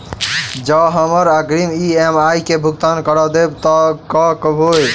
जँ हमरा अग्रिम ई.एम.आई केँ भुगतान करऽ देब तऽ कऽ होइ?